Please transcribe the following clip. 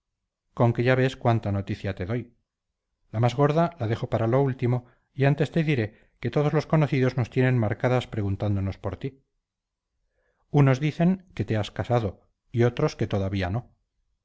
con que ya ves cuánta noticia te doy la más gorda la dejo para lo último y antes te diré que todos los conocidos nos tienen marcadas preguntándonos por ti unos dicen que te as casado y otros que todavía no